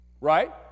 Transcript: Right